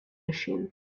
machine